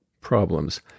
problems